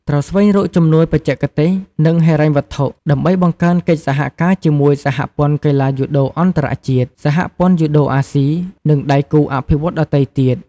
ត្រូវស្វែងរកជំនួយបច្ចេកទេស និងហិរញ្ញវត្ថុ ដើម្បីបង្កើនកិច្ចសហការជាមួយសហព័ន្ធកីឡាយូដូអន្តរជាតិ សហព័ន្ធយូដូអាស៊ី និងដៃគូអភិវឌ្ឍន៍ដទៃទៀត ។